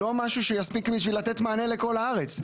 לא משהו שיספיק בשביל לתת מענה לכל הארץ.